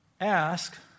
ask